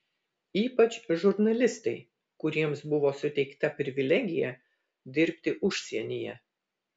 ypač žurnalistai kuriems buvo suteikta privilegija dirbti užsienyje